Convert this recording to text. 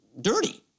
dirty